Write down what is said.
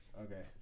Okay